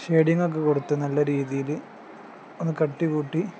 ഷെയ്ഡിങ്ങൊക്കെ കൊടുത്ത് നല്ല രീതിയിൽ ഒന്ന് കട്ടി കൂട്ടി